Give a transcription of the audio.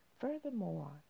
Furthermore